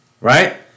Right